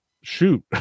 shoot